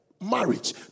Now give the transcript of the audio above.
marriage